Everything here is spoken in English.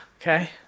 okay